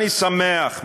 אני שמח,